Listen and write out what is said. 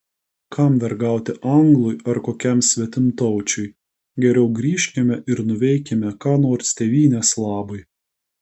kam vergauti anglui ar kokiam svetimtaučiui geriau grįžkime ir nuveikime ką nors tėvynės labui